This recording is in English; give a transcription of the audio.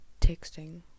texting